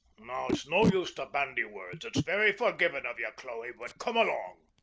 now it's no use to bandy words. it's very forgivin' of ye, chloe, but come along!